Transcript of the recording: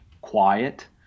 quiet